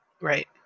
Right